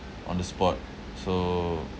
on the spot so